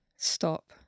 stop